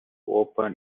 open